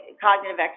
cognitive